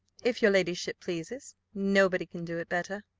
if your ladyship pleases nobody can do it better,